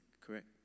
correct